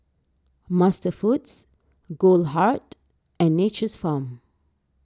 MasterFoods Goldheart and Nature's Farm